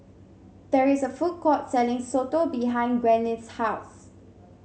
there is a food court selling soto behind Gwyneth's house